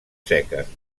seques